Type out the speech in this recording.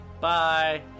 Bye